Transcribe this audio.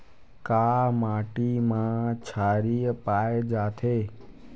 का माटी मा क्षारीय पाए जाथे?